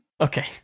okay